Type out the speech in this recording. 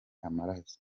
amaraso